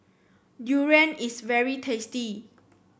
durian is very tasty